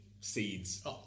seeds